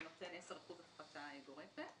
זה נותן 10 אחוזים הפחתה גורפת.